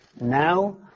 Now